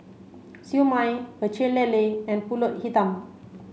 Siew Mai Pecel Lele and Pulut Hitam